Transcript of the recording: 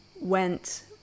went